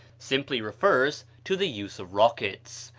simply refers to the use of rockets.